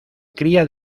cría